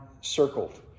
circled